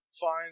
fine